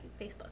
Facebook